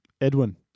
Edwin